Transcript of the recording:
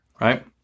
right